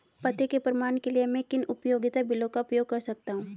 पते के प्रमाण के लिए मैं किन उपयोगिता बिलों का उपयोग कर सकता हूँ?